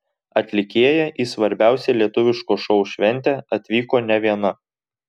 atlikėja į svarbiausią lietuviško šou šventę atvyko ne viena